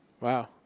Wow